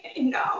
No